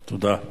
תודה.